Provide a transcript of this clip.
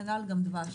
כנ"ל דבש.